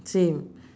same